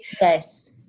Yes